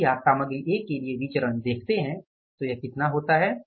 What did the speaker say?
यदि आप सामग्री A के लिए विचरण देखते हैं तो यह कितना होता है